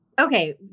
Okay